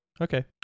Okay